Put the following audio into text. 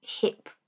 hip